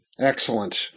Excellent